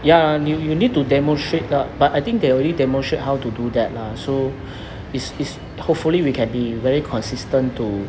ya you you need to demonstrate lah but I think they already demonstrate how to do that lah so it's it's hopefully we can be very consistent to